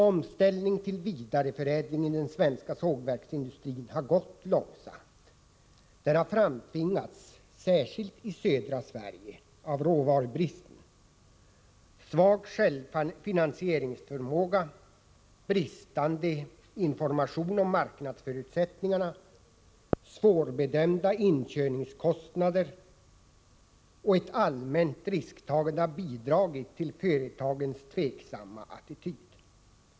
Omställning till vidareförädling i den svenska sågverksindustrin har gått långsamt. Den har framtvingats — särskilt i södra Sverige — av råvarubristen. Svag självfinansieringsförmåga, bristande information om marknadsförutsättningarna, svårbedömda inkörningskostnader och ett allmänt risktagande har bidragit till företagens tveksamma attityd.